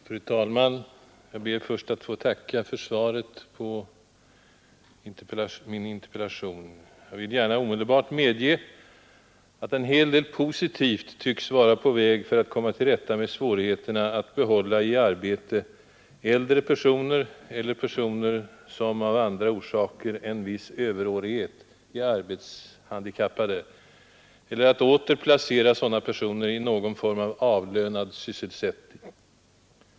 Fru talman! Jag ber först att få tacka för svaret på min interpellation. Jag vill gärna omedelbart medge att en hel del positivt tycks vara på väg för att komma till rätta med svårigheterna att behålla i arbete äldre personer eller personer, som av andra orsaker än viss överårighet är arbetshandikappade, eller att åter placera sådana personer i någon form av avlönad sysselsättning.